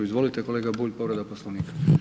Izvolite kolega Bulj, povreda Poslovnika.